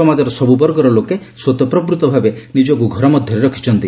ସମାଜର ସବୁ ବର୍ଗର ଲୋକେ ସ୍ୱତଃପ୍ରବୃତ୍ତଭାବେ ନିଜକୁ ଘର ମଧ୍ୟରେ ରଖିଛନ୍ତି